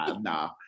No